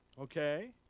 okay